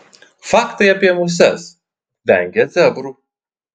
faktai apie muses vengia zebrų